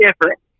different